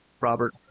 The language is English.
Robert